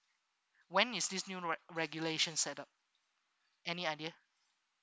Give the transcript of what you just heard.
when is this new reg~ regulations set up any idea